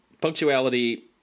punctuality